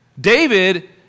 David